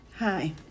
Hi